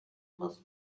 must